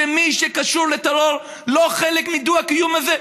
שמי שקשור לטרור הוא לא חלק מהדו-קיום הזה.